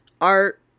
art